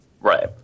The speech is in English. Right